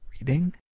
reading